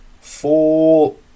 four